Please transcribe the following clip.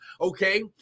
okay